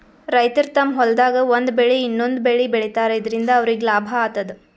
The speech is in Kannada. ರೈತರ್ ತಮ್ಮ್ ಹೊಲ್ದಾಗ್ ಒಂದ್ ಬೆಳಿ ಇನ್ನೊಂದ್ ಬೆಳಿ ಬೆಳಿತಾರ್ ಇದರಿಂದ ಅವ್ರಿಗ್ ಲಾಭ ಆತದ್